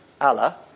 Allah